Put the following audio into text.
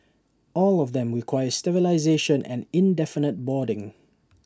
all of them require sterilisation and indefinite boarding